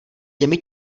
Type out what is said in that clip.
těmi